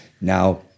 Now